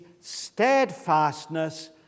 steadfastness